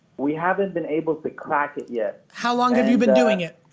we haven't been able to crack it yet? how long have you been doing it?